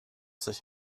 sich